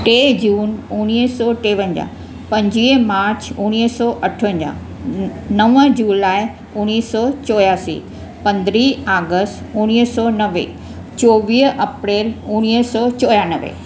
टे जून उणिवीह सौ टेवंजाह पंजवीह मार्च उणिवीह सौ अठवंजाह नव जुलाई उणिवीह सौ चोयासी पंदरहीं अगस्त उणिवीह सौ नवे चोवीह अप्रेल उणिवीह सौ चोयानवे